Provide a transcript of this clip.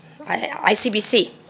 ICBC